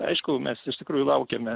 aišku mes iš tikrųjų laukėme